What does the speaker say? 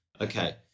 okay